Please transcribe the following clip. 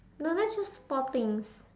no that's just four things